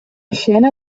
scena